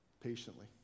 Patiently